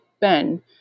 Ben